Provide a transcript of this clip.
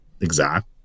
exact